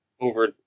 over